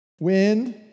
wind